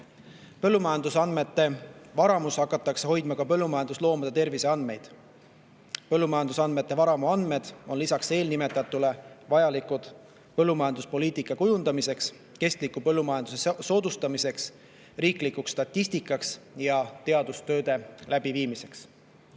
Põllumajandusandmete varamus hakatakse hoidma ka põllumajandusloomade terviseandmeid. Põllumajandusandmete varamu andmed on lisaks eelnimetatule vajalikud põllumajanduspoliitika kujundamiseks, kestliku põllumajanduse soodustamiseks, riiklikuks statistikaks ja teadustööde läbiviimiseks.